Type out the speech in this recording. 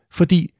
fordi